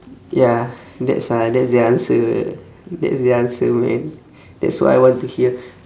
ya that's ah that's the answer that's the answer man that's what I want to hear